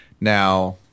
Now